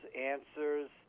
answers